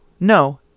No